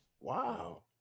Wow